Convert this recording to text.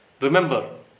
Remember